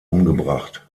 umgebracht